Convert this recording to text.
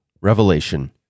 Revelation